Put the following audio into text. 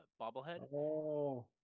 bobblehead